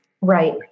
Right